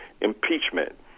impeachment